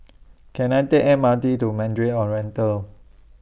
Can I Take M R T to Mandarin Oriental